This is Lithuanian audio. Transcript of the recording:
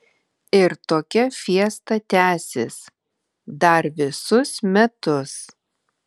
ir tokia fiesta tęsis dar visus metus